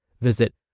Visit